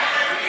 בחרופ.